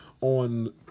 on